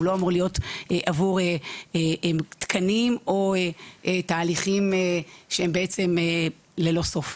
הוא לא אמור להיות עבור תקנים או תהליכים שהם ללא סוף.